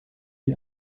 die